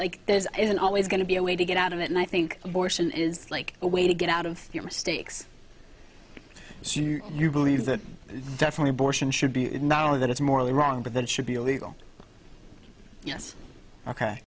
like there's isn't always going to be a way to get out of it and i think abortion is like a way to get out of your mistakes so you believe that definitely borson should be not only that it's morally wrong but then should be legal yes ok